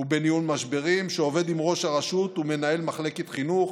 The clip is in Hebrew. ובניהול משברים לעבוד עם ראש הרשות ומנהל מחלקת חינוך.